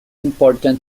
important